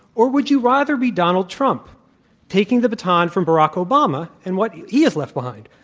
or would you rather be donald trump taking the baton from barack obama and what he has left behind?